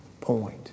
point